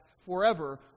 forever